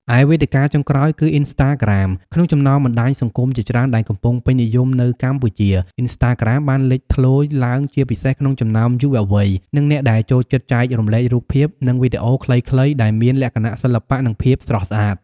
ឯវេទិកា ចុងក្រោយគឺ អ៊ីនស្តាក្រាម ក្នុងចំណោមបណ្ដាញសង្គមជាច្រើនដែលកំពុងពេញនិយមនៅកម្ពុជា អុីនស្តាក្រាម បានលេចធ្លោឡើងជាពិសេសក្នុងចំណោមយុវវ័យ និងអ្នកដែលចូលចិត្តចែករំលែករូបភាព និងវីដេអូខ្លីៗដែលមានលក្ខណៈសិល្បៈ និងភាពស្រស់ស្អាត។